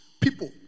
people